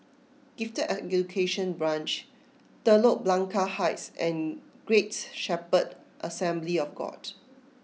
Gifted Education Branch Telok Blangah Heights and Great Shepherd Assembly of God